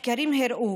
מחקרים הראו